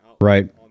Right